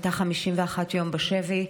שהייתה 51 יום בשבי.